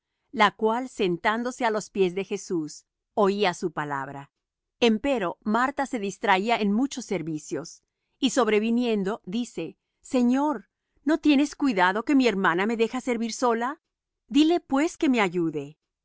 la cual sentándose á los pies de jesús oía su palabra empero marta se distraía en muchos servicios y sobreviniendo dice señor no tienes cuidado que mi hermana me deja servir sola dile pues que me ayude